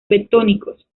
bentónicos